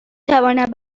توانم